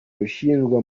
ushyirwa